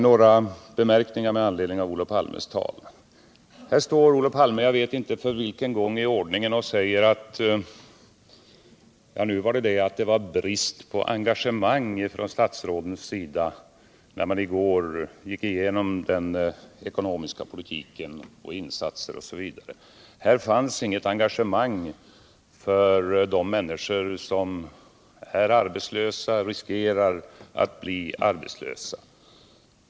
Några kommentarer med anledning av Olof Palmes tal: Här står Olof Palme för jag vet inte vilken gång i ordningen och säger att det var brist på engagemang från statsrådens sida när man i går gick igenom den ekonomiska politiken, gjorda insatser osv. Det fanns inget engagemang för de människor som är arbetslösa eller riskerar att bli arbetslösa.